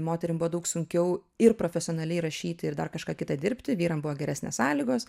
moterim daug sunkiau ir profesionaliai rašyti ir dar kažką kitą dirbti vyrams buvo geresnės sąlygos